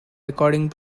recording